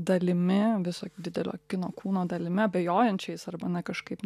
dalimi viso didelio kino kūno dalimi abejojančiais arba na kažkaip